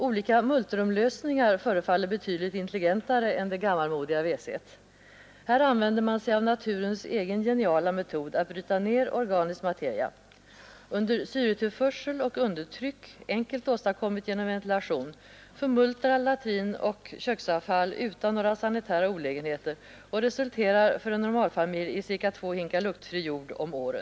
Olika multrumlösningar förefaller betydligt intelligentare än den gammalmodiga vattenklosetten. Här använder man sig av naturens egen geniala metod att bryta ned organisk materia. Under syretillförsel och undertryck, enkelt åstadkommet genom ventilation, förmultnar latrin och köksavfall utan några sanitära olägenheter och resulterar för en normalfamilj i ca två hinkar luktfri jord om året.